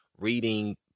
reading